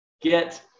get